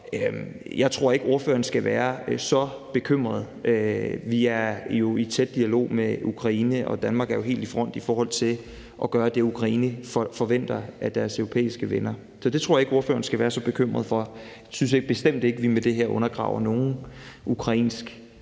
jeg tror ikke, ordføreren skal være så bekymret. Vi er jo i tæt dialog med Ukraine, og Danmark er helt i front i forhold til at gøre det, Ukraine forventer af deres europæiske venner, så det tror jeg ikke ordføreren skal være så bekymret for. Jeg synes bestemt ikke, at vi med det her undergraver nogen ukrainsk